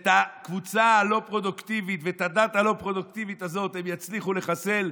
שאת הקבוצה הלא-פרודוקטיבית ואת הדת הלא-פרודוקטיבית הם יצליחו לחסל.